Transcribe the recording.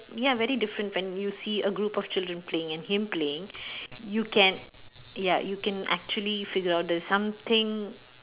ya very different when you see a group of children playing and him playing you can ya you can actually figure out that something